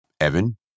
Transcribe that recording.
Evan